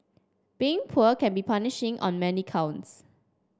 being poor can be punishing on many counts